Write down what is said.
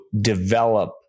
develop